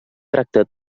tracta